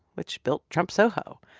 which built trump soho.